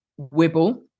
wibble